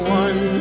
one